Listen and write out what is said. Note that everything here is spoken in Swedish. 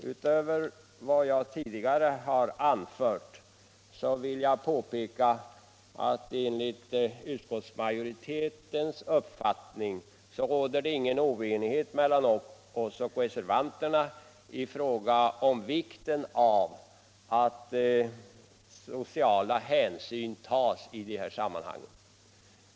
Utöver vad jag tidigare har anfört vill jag påpeka att det enligt utskottsmajoritetens uppfattning inte råder någon oenighet mellan oss och reservanterna i fråga om vikten av att sociala hänsyn tas i dessa sammanhang.